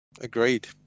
Agreed